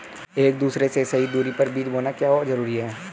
एक दूसरे से सही दूरी पर बीज बोना क्यों जरूरी है?